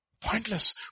Pointless